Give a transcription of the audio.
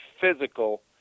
physical